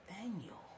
Daniel